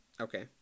Okay